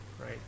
right